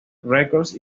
records